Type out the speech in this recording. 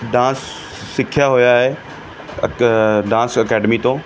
dance ਸਿੱਖਿਆ ਹੋਇਆ ਹੈ ਡਾਂਸ ਅਕੈਡਮੀ ਤੋਂ